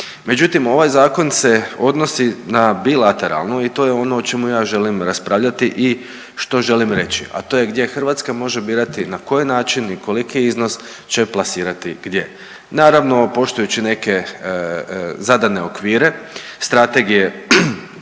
Međutim, ovaj zakon se odnosi na bilateralnu i to je ono o čemu ja želim raspravljati i što želim reći, a to je gdje Hrvatska može birati, na koji način i koliki iznos će plasirati gdje. Naravno poštujući neke zadane okvire strategije koje